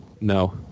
No